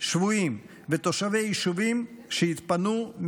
שבויים ותושבי יישובים שהתפנו,